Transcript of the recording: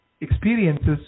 experiences